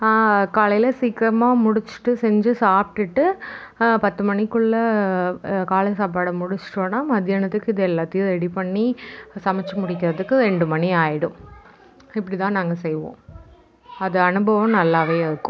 காலையில் சீக்கிரமா முடிச்சிட்டு செஞ்சு சாப்பிட்டுட்டு பத்து மணிக்குள்ள காலை சாப்பாடை முடிச்சிட்டோம்னா மதியானத்துக்கு இது எல்லாத்தையும் ரெடி பண்ணி சமைச்சு முடிக்கிறதுக்கு ரெண்டு மணி ஆயிடும் இப்படி தான் நாங்கள் செய்வோம் அது அனுபவம் நல்லாவே இருக்கும்